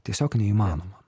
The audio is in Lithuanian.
tiesiog neįmanoma